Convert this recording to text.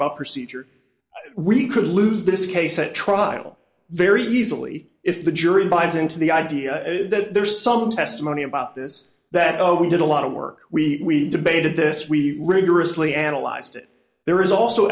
about procedure we could lose this case at trial very easily if the jury buys into the idea that there's some testimony about this that oh we did a lot of work we debated this we rigorously analyzed it there is also